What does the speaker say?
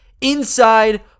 inside